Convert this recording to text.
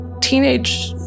teenage